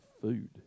food